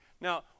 now